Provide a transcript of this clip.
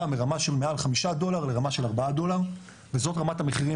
מרמה של מעל 5 דולר לרמה של 4 דולר וזאת רמת המחירים